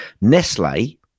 Nestle